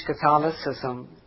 Catholicism